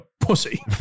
pussy